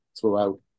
throughout